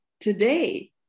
today